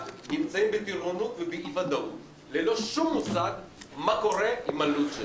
נמצאים באי ודאות ללא שום מושג מה קורה עם הלו"ז.